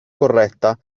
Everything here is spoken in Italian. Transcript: corretta